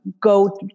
go